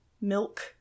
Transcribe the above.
milk